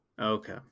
Okay